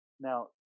Now